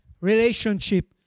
relationship